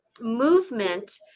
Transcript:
movement